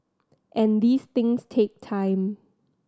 and these things take time